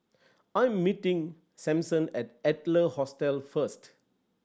I'm meeting Sampson at Adler Hostel first